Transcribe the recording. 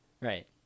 Right